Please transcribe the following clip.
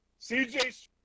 CJ